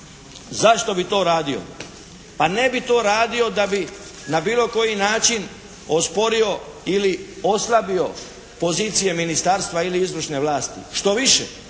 Zašto bi to radio? Pa ne bi to radio da bi na bilo koji način osporio ili oslabio pozicije ministarstva ili izvršne vlasti. Što više,